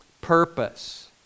purpose